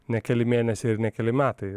ne keli mėnesiai ir ne keli metai